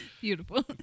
Beautiful